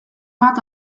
bat